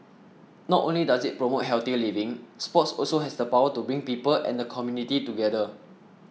not only does it promote healthier living sports also has the power to bring people and the community together